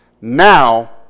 now